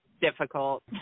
difficult